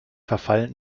verfall